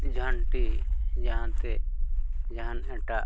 ᱡᱷᱟᱴᱤ ᱡᱟᱦᱟᱛᱮ ᱡᱟᱦᱟᱱ ᱮᱴᱟᱜ